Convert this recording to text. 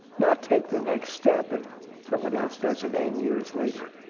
not take the next step and someone else does it ten years later?